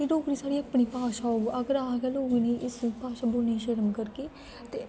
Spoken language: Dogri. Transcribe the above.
एह् डोगरी साढ़ी अपनी भाशा होग अगर अस गै लोग इ'नें गी इस भाशा बोलने च शर्म करगे ते